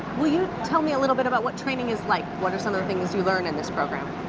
will you tell me a little bit about what training is like? what are some of the things you learn in this program?